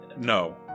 no